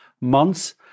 months